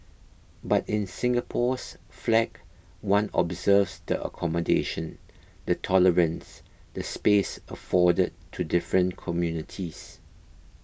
but in Singapore's flag one observes the accommodation the tolerance the space afforded to different communities